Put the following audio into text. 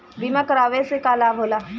बीमा करावे से का लाभ होला?